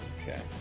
Okay